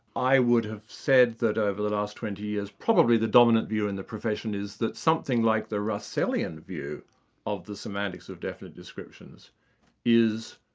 i would have said that over the last twenty years, probably the dominant view in the profession is that something like the russellian view of the semantics of definite descriptions is,